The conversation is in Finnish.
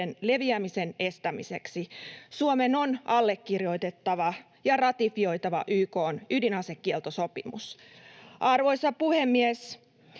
leviämisen estämiseksi. Suomen on allekirjoitettava ja ratifioitava YK:n ydinasekieltosopimus. Arvoisa puhemies!